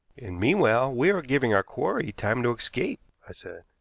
and meanwhile we are giving our quarry time to escape, i said.